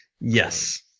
Yes